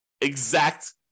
exact